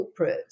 corporates